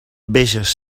veges